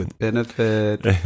Benefit